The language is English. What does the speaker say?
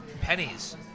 Pennies